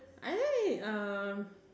I like um